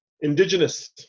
indigenous